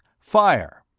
fire!